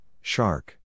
shark